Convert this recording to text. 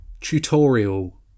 tutorial